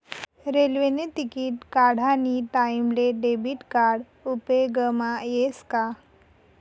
रेल्वेने तिकिट काढानी टाईमले डेबिट कार्ड उपेगमा यस का